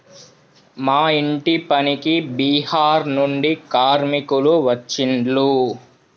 మా ఇంటి పనికి బీహార్ నుండి కార్మికులు వచ్చిన్లు